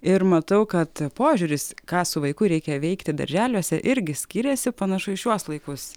ir matau kad požiūris ką su vaiku reikia veikti darželiuose irgi skyrėsi panašu į šiuos laikus